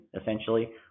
essentially